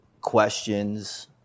questions